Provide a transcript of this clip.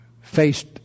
faced